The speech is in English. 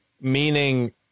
meaning